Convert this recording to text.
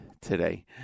today